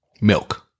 Milk